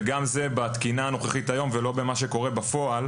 וגם זה בתקינה הנוכחית היום ולא במה שקורה בפועל,